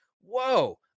whoa